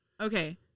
okay